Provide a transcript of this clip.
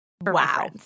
Wow